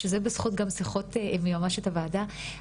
שזה גם בזכות שיחות עם היועצת המשפטית של הוועדה,